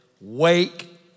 wake